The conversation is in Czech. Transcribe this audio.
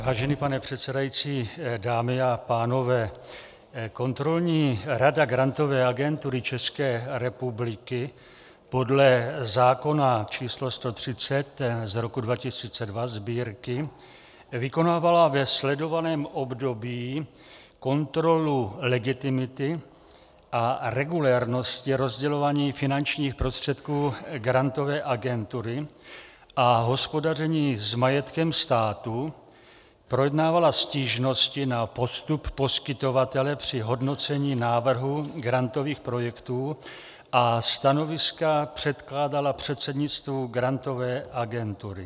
Vážený pane předsedající, dámy a pánové, kontrolní rada Grantové agentury České republiky podle zákona číslo 130/2002 Sb. vykonávala ve sledovaném období kontrolu legitimity a regulérnosti rozdělování finančních prostředků Grantové agentury a hospodaření s majetkem státu, projednávala stížnosti na postup poskytovatele při hodnocení návrhu grantových projektů a stanoviska předkládala předsednictvu Grantové agentury.